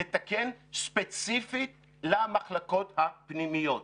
לתקן ספציפית למחלקות הפנימיות,